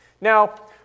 Now